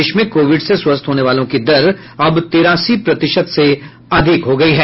देश में कोविड से स्वस्थ होने वालों की दर अब तिरासी प्रतिशत से अधिक हो गयी है